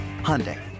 Hyundai